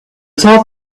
top